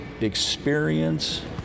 experience